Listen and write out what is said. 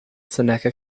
seneca